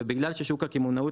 ובגלל ששוק הקמעונאות,